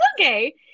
okay